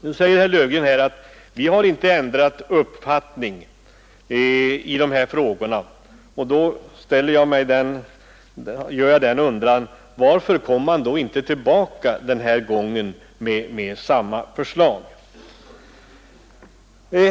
Nu säger herr Löfgren i dag att man inte har ändrat uppfattning, och då undrar jag: Varför kom ni inte tillbaka den här gången med samma förslag?